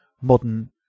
modern